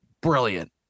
brilliant